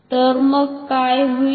तर मग काय होईल